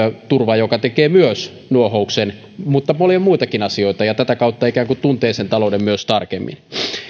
turva joka tekee myös nuohouksen mutta monia muitakin asioita ja tätä kautta ikään kuin tuntee sen talouden myös tarkemmin